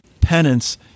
penance